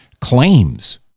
Claims